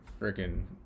freaking